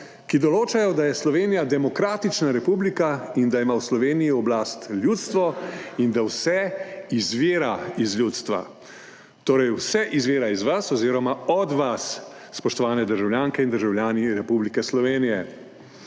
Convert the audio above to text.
ki določajo, da je Slovenija demokratična republika in da ima v Sloveniji oblast ljudstvo in da vse izvira iz ljudstva. Torej vse izvira iz vas oziroma od vas, spoštovane državljanke in državljani Republike Slovenije.